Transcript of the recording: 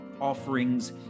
offerings